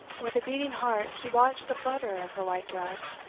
with a beating heart he watched the flutter of her white dress,